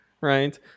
right